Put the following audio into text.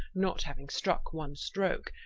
not hauing struck one stroake.